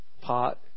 Pot